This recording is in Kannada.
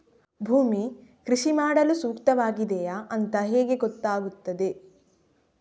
ಭೂಮಿ ಕೃಷಿ ಮಾಡಲು ಸೂಕ್ತವಾಗಿದೆಯಾ ಅಂತ ಹೇಗೆ ಗೊತ್ತಾಗುತ್ತದೆ?